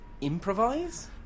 Improvise